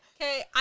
Okay